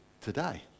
today